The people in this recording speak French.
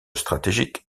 stratégique